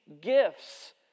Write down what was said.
gifts